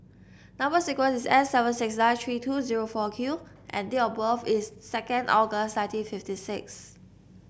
number sequence is S seven six nine three two zero four Q and date of birth is second August nineteen fifty six